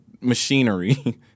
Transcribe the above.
machinery